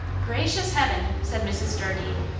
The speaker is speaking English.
gracious heaven! said mrs. jardine.